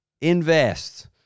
invest